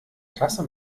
klasse